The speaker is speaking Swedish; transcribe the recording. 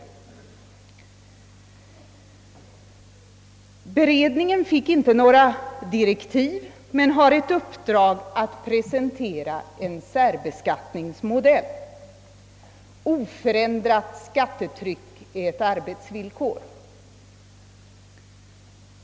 Den beredningen fick inte några direktiv men väl uppdrag att presentera en särbeskattningsmodell. Oförändrat skattetryck är ett arbetsvillkor.